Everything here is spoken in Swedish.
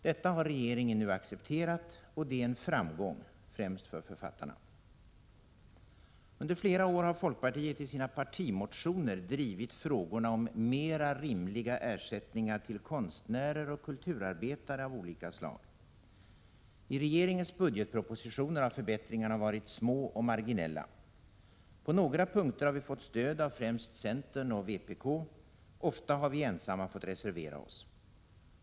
Detta har regeringen nu accepterat, och det är en framgång, främst för författarna. Under flera år har folkpartiet i sina partimotioner drivit frågorna om mer rimliga ersättningar till konstnärer och kulturarbetare av olika slag. I regeringens budgetpropositioner har förbättringarna varit små och marginella. På några punkter har vi fått stöd av främst centern och vpk; ofta har vi ensamma fått reservera oss.